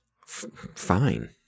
Fine